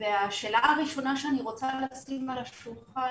והשאלה הראשונה שאני רוצה לשים על השולחן,